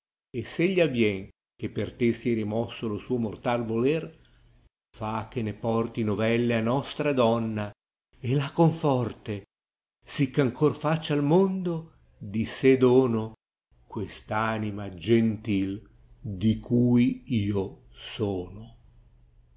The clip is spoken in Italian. egli avvìeu che per te sìa rimosso lo suo mortai voler fa che ne porte novelle a nostra donna e la conforte sicch ancor faccia al mondo di sé dono questa anima gentil di cui io sono